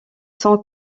sont